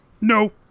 No